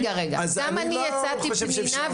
גם אני יצאתי פנינה,